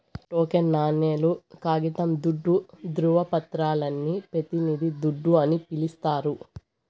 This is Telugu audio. టోకెన్ నాణేలు, కాగితం దుడ్డు, దృవపత్రాలని పెతినిది దుడ్డు అని పిలిస్తారు